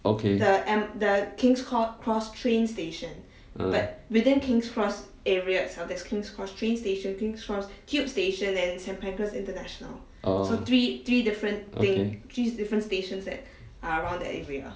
okay ah oh okay